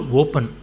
open